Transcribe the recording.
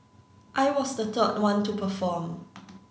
I was the third one to perform